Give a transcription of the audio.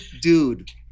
dude